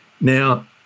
Now